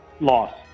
loss